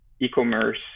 e-commerce